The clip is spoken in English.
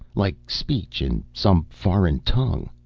like speech in some foreign tongue.